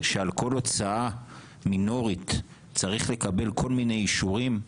שעל כול הוצאה מינורית צריך לקבל כול מיני אישורים,